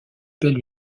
bel